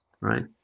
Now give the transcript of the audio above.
right